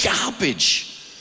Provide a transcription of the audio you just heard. garbage